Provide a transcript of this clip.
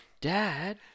Dad